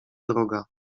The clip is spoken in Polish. droga